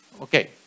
Okay